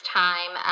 time